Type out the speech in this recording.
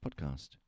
podcast